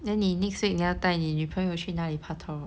then 你 next week 你要带你女朋友去哪里 paktor